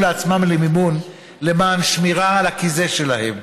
לעצמם למימון למען שמירה על הכיסא שלהם?